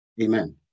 Amen